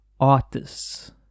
artists